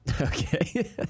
Okay